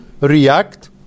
react